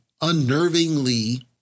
unnervingly